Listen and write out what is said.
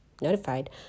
notified